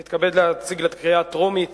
אני מתכבד להציג לקריאה טרומית